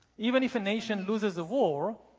even if a nation loses the war,